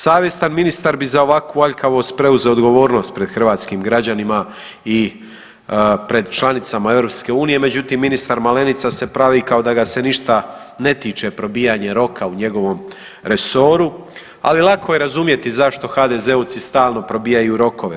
Savjestan ministar bi za ovakvu aljkavost preuzeo odgovornost pred hrvatskim građanima i pred članicama EU, međutim ministar Malenica se pravi kao da ga se ništa ne tiče probijanje roka u njegovom resoru, ali lako je razumjeti zašto HDZ-ovci stalno probijaju rokove.